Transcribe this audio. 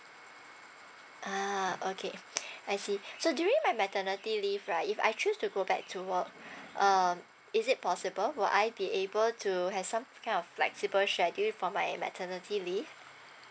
ah okay I see so during my maternity leave right if I choose to go back to work um is it possible will I be able to have some kind of flexible schedule for my maternity leave